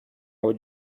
would